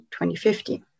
2050